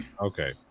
Okay